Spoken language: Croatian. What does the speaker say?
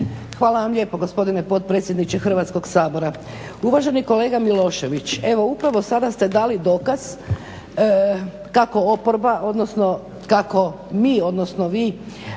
Hvala vam lijepo gospodine potpredsjedniče Hrvatskog sabora. Uvaženi kolega Milošević evo upravo sada ste dali dokaz kako oporba odnosno kako mi odnosno vi